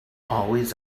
always